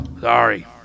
Sorry